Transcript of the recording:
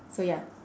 so ya